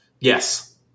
Yes